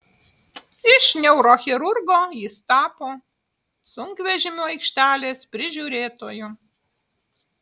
iš neurochirurgo jis tapo sunkvežimių aikštelės prižiūrėtoju